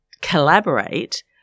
collaborate